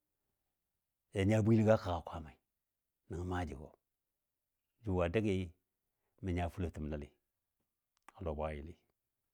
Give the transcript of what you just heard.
ja nya bwiligɔ a kəgga Kwaammai nəngɔ maajigɔ jʊ a dəgɨ mə nya fulotəm nəli a lɔ bwayili.